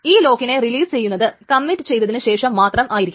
ഈ ലോക്കിനെ റിലീസ് ചെയ്യുന്നത് കമ്മിറ്റ് ചെയ്തതിനു ശേഷം മാത്രം ആയിരിക്കും